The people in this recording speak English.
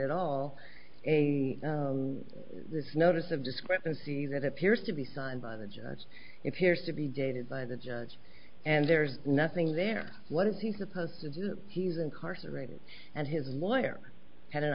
at all a notice of discrepancy that appears to be signed by the judge if yours to be dated by the judge and there's nothing there what is he supposed to do he's incarcerated and his lawyer had an